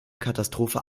katastrophe